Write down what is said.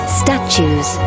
statues